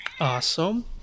Awesome